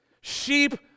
Sheep